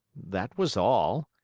that was all.